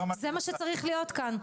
זה מה שצריך להיות כאן.